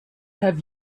have